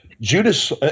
Judas